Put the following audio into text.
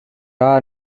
are